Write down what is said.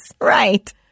Right